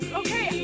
okay